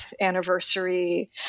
anniversary